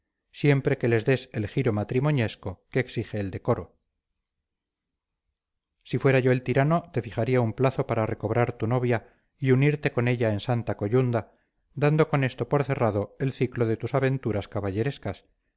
siempre que les des el giro matrimoñesco que exige el decoro si fuera yo el tirano te fijaría un plazo para recobrar tu novia y unirte con ella en santa coyunda dando con esto por cerrado el ciclo de tus aventuras caballerescas